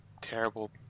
terrible